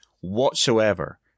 whatsoever